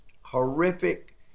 horrific